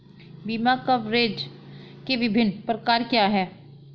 बीमा कवरेज के विभिन्न प्रकार क्या हैं?